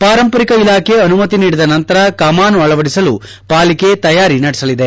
ಪಾರಂಪರಿಕ ಇಲಾಖೆ ಅನುಮತಿ ನೀಡಿದ ನಂತರ ಕಮಾನು ಅವಳಡಿಸಲು ಪಾಲಿಕೆ ತಯಾರಿ ನಡೆಸಲಿದೆ